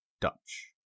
Dutch